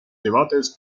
debates